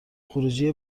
خروجی